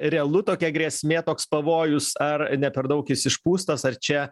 realu tokia grėsmė toks pavojus ar ne per daug jis išpūstas ar čia